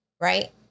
Right